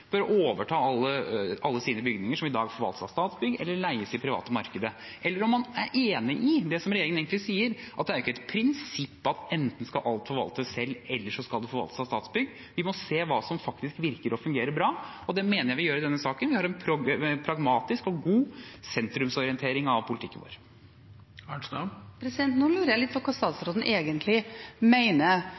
bør overta alle sine bygninger som i dag forvaltes av Statsbygg eller leies i det private markedet, eller om man er enig i det som regjeringen egentlig sier, at det ikke er et prinsipp om at enten skal alt selvforvaltes, eller så skal det forvaltes av Statsbygg. Vi må se hva som virker og fungerer bra, og det mener jeg vi gjør i denne saken. Vi har en pragmatisk og god sentrumsorientering av politikken vår. Nå lurer jeg litt på hva statsråden egentlig mener. Mener regjeringen at de som i dag er sjølforvaltende, gjør det godt, eller mener